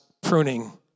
pruning